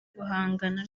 guhangana